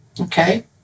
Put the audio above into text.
okay